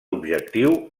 objectiu